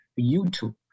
YouTube